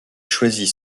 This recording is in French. choisit